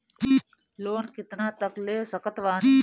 Loan कितना तक ले सकत बानी?